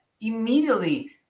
immediately